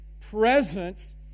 presence